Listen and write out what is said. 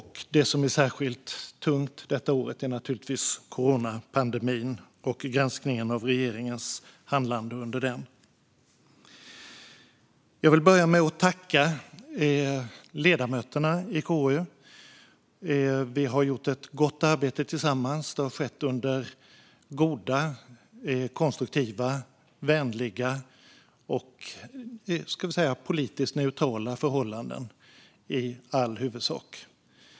Det som är särskilt tungt detta år är naturligtvis coronapandemin och granskningen av regeringens handlande under den. Jag vill börja med att tacka ledamöterna i KU. Vi har gjort ett gott arbete tillsammans. Det har i all huvudsak skett under goda, konstruktiva, vänliga och politiskt neutrala förhållanden.